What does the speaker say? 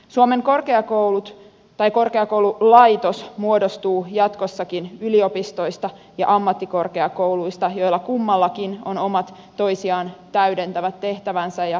suomen korkeakoululaitos muodostuu jatkossakin yliopistoista ja ammattikorkeakouluista joilla kummallakin on omat toisiaan täydentävät tehtävänsä ja profiilinsa